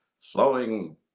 flowing